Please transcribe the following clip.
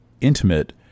intimate